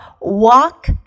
walk